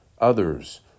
Others